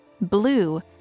blue